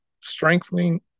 strengthening